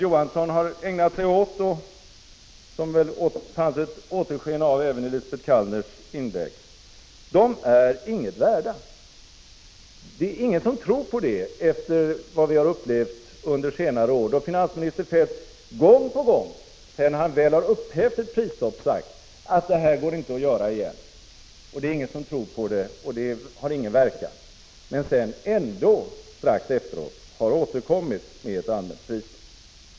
Å. Johansson har ägnat sig åt och som det fanns ett återsken av i Lisbet Calners inlägg, är inget värda. Det är ingen som tror på dem efter vad vi har upplevt under senare år. Gång på gång har finansminister Kjell-Olof Feldt, sedan han väl upphävt ett prisstopp, sagt att det inte går att göra samma sak igen. Sådana uttalanden är inte trovärdiga och har ingen verkan. Strax därefter har det på nytt blivit ett allmänt prisstopp.